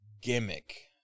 gimmick